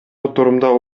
отурумда